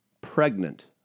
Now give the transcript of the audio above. pregnant